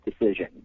decision